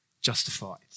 Justified